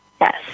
Yes